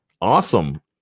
Awesome